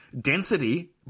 density